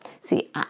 See